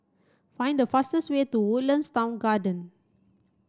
find the fastest way to Woodlands Town Garden